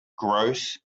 gross